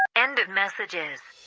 end of messages